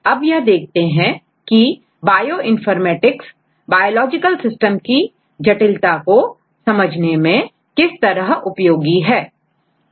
अब यह देखते हैं की बायोइनफॉर्मेटिक्स बायोलॉजिकल सिस्टम की जटिलता को समझाने में किस तरह उपयोगी है